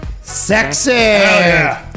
sexy